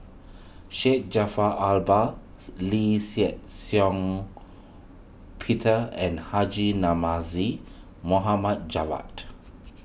Syed Jaafar Albar Lee Shih Shiong Peter and Haji Namazie Mohamed Javad